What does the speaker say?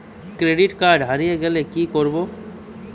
Credit card হারিয়ে গেলে কি করব?